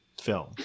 film